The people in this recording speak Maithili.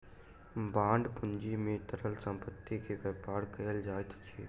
बांड पूंजी में तरल संपत्ति के व्यापार कयल जाइत अछि